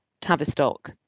Tavistock